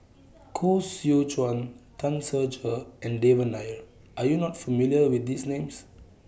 Koh Seow Chuan Tan Ser Cher and Devan Nair Are YOU not familiar with These Names